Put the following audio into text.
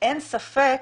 אין ספק